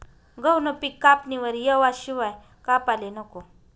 गहूनं पिक कापणीवर येवाशिवाय कापाले नको